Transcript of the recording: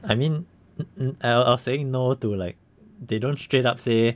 I mean I was saying no to like they don't straight up say